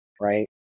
right